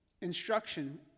instruction